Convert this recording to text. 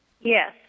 Yes